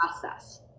process